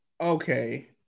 okay